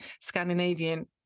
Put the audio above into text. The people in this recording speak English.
Scandinavian